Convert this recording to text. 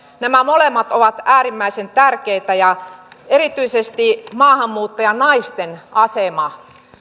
nämä molemmat ovat äärimmäisen tärkeitä ja toivon että erityisesti maahanmuuttajanaisten asema